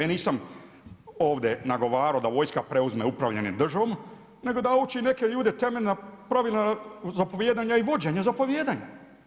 Ja nisam ovdje nagovarao da vojska preuzme upravljanje državom, nego da uči neke ljude temeljna pravila zapovijedanja i vođenja zapovijedanja.